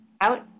out